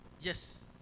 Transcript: Yes